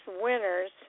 winners